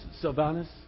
Silvanus